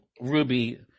Ruby